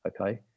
Okay